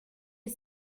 est